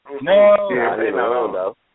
No